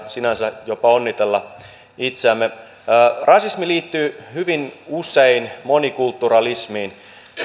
sinänsä jopa onnitella itseämme rasismi liittyy hyvin usein monikulturalismiin